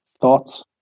thoughts